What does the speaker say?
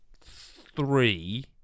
three